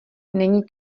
není